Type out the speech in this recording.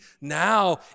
Now